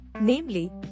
namely